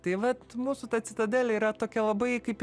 tai vat mūsų ta citadelė yra tokia labai kaip